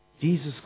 Jesus